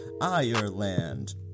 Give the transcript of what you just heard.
Ireland